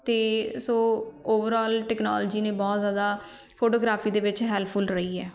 ਅਤੇ so overall technology ਨੇ ਬਹੁਤ ਜ਼ਿਆਦਾ ਫੋਟੋਗ੍ਰਾਫੀ ਦੇ ਵਿੱਚ ਹੈਲਪਫੁਲ ਰਹੀ ਹੈ